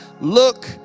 look